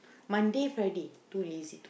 Monday Friday too lazy to cook